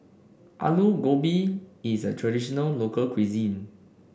Alu Gobi is a traditional local cuisine